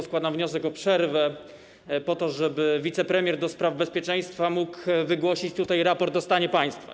Składam wniosek o przerwę, po to żeby wicepremier do spraw bezpieczeństwa mógł wygłosić raport o stanie państwa.